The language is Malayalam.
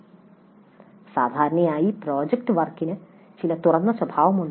" സാധാരണയായി പ്രോജക്റ്റ് വർക്കിന് ചില തുറന്ന സ്വഭാവമുണ്ട്